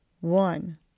one